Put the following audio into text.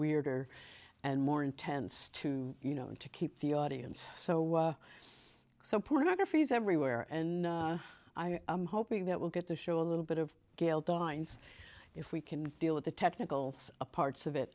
weirder and more intense too you know and to keep the audience so so pornography is everywhere and i'm hoping that will get to show a little bit of gail dines if we can deal with the technical parts of it